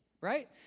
Right